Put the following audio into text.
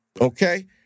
okay